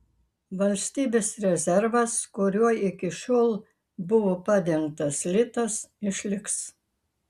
valstybės rezervas kuriuo iki šiol buvo padengtas litas išliks